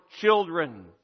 children